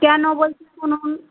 কেন বলছি শুনুন